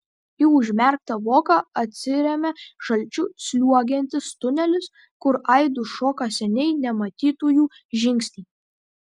į užmerktą voką atsiremia žalčiu sliuogiantis tunelis kur aidu šoka seniai nematytųjų žingsniai